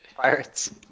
pirates